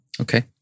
Okay